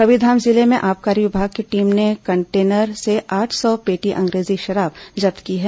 कबीरधाम जिले में आबकारी विभाग की टीम ने कंटेनर से आठ सौ पेटी अंग्रेजी शराब जब्त की है